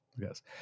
Yes